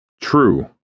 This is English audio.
True